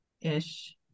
ish